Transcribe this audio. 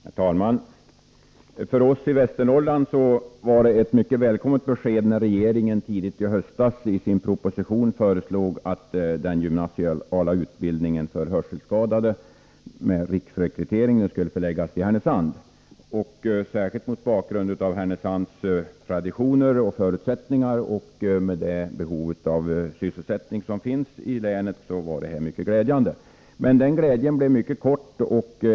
Herr talman! För oss i Västernorrland var det ett mycket välkommet besked när regeringen tidigt i höstas i sin proposition föreslog att den gymnasiala utbildningen för hörselskadade med riksrekrytering skulle Nr 52 förläggas till Härnösand. Särskilt mot bakgrund av Härnösands traditioner Måndagen den och förutsättningar samt det behov av sysselsättning som finns i länet var 19 december 1983 beskedet mycket glädjande. Men glädjen blev mycket kort.